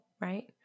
right